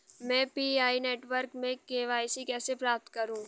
मैं Pi network में KYC कैसे प्राप्त करूँ?